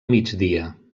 migdia